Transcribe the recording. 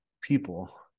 people